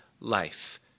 life